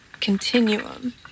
continuum